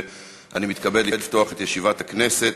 ואני מתכבד לפתוח את ישיבת הכנסת.